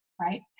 right